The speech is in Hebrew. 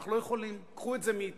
אנחנו לא יכולים, קחו את זה מאתנו.